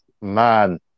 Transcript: man